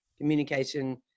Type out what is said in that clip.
communication